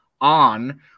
On